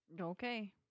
okay